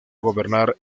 gobernar